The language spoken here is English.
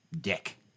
dick